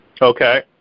okay